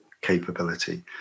capability